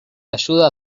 ayuda